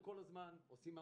כל הזמן עושים מאמצים,